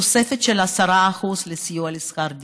תוספת של 10% לסיוע לשכר דירה?